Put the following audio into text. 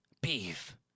beef